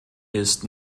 ist